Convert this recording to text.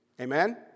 Amen